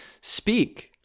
speak